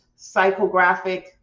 psychographic